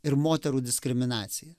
ir moterų diskriminacija